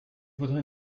voudrais